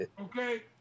Okay